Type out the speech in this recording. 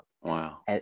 Wow